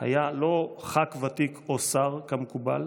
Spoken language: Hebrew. היה לא ח"כ ותיק או שר כמקובל